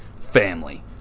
family